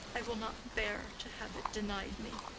i will not bear to have it denied me.